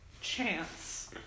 Chance